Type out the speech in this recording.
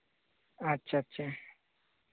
ᱟᱪᱪᱷᱟ ᱟᱪᱪᱷᱟ